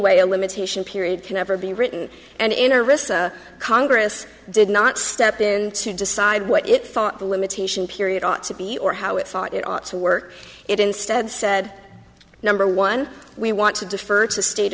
way a limitation period can ever be written and in a risk congress did not step in to decide what it thought the limitation period ought to be or how it thought it ought to work it instead said number one we want to defer to state